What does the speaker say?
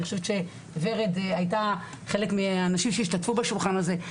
אני חושבת שורד הייתה חלק מהאנשים שהשתתפו בשולחן הזה,